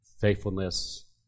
faithfulness